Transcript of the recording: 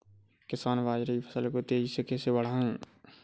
किसान बाजरे की फसल को तेजी से कैसे बढ़ाएँ?